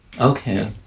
Okay